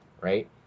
right